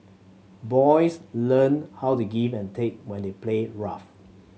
boys learn how to give and take when they play rough